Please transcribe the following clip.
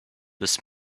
this